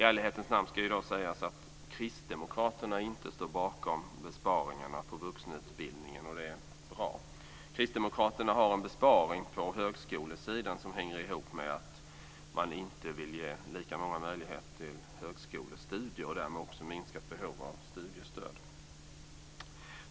I ärlighetens namn ska sägas att Kristdemokraterna inte står bakom besparingarna på vuxenutbildningen, och det är bra. Kristdemokraterna har en besparing på högskolesidan som hänger ihop med att man inte vill ge lika många möjlighet till högskolestudier vilket därmed också minskar behovet av studiestöd.